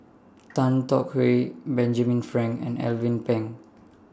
Tan Tong Hye Benjamin Frank and Alvin Pang